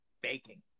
baking